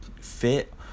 fit